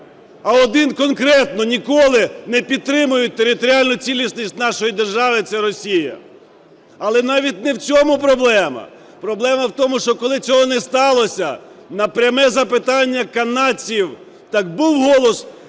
а один конкретно, ніколи не підтримують територіальну цілісність нашої держави – це Росія. Але навіть не в цьому проблема. Проблема в тому, що коли цього не сталося, на пряме запитання канадців – так був голос